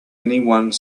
anyone